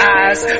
eyes